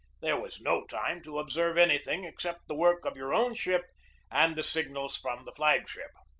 there was no time to observe anything except the work of your own ship and the signals from the flag-ship.